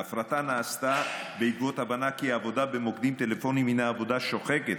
ההפרטה נעשתה בעקבות ההבנה כי עבודה במוקדים טלפוניים היא עבודה שוחקת,